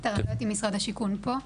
אני לא יודעת אם משרד השיכון פה,